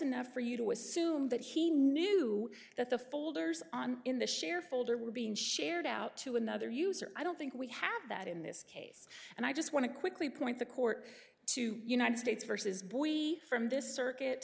enough for you to assume that he knew that the folders on in the share folder were being shared out to another user i don't think we have that in this case and i just want to quickly point the court to united states versus boise from this circuit